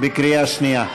בקריאה שנייה.